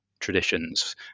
traditions